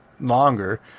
longer